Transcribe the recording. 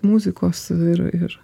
muzikos ir ir